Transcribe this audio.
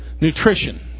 Nutrition